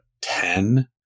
ten